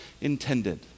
intended